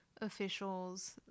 officials